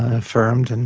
affirmed, and